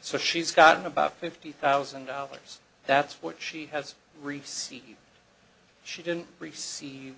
so she's gotten about fifty thousand dollars that's what she has received she didn't receive